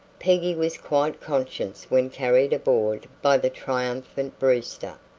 peggy was quite conscious when carried aboard by the triumphant brewster.